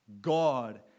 God